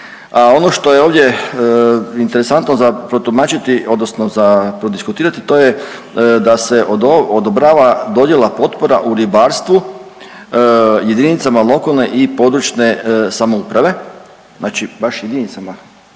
ono što je ovdje interesantno za protumačiti, odnosno za prodiskutirati, to je da se odobrava dodjela potpora u ribarstvu jedinicama lokalne i područne samouprave, znači baš jedinicama